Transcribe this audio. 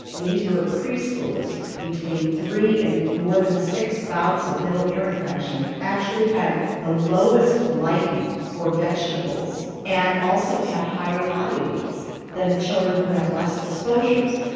and these were preschoolers, between three and more than six bouts of middle ear infections, actually had the lowest liking for vegetables, and also had higher bodyweights than the children who had less exposures.